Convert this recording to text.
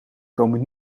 komen